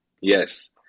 Yes